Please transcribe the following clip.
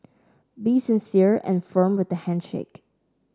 be sincere and firm with the handshake